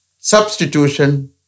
substitution